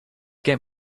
get